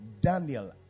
Daniel